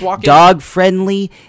dog-friendly